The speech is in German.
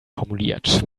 formuliert